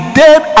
dead